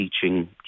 teaching